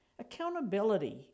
Accountability